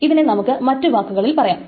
ഇതിനെ നമുക്ക് മറ്റ് വാക്കുകളിൽ പറയാം